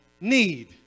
need